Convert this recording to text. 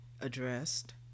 addressed